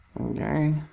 Okay